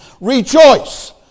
Rejoice